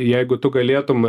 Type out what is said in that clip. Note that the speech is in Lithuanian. jeigu tu galėtum